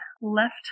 left